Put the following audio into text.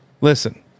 Listen